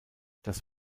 das